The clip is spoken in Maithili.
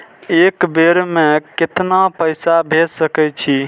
एक बेर में केतना पैसा भेज सके छी?